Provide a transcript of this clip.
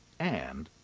and.